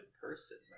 person